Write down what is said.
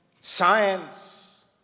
science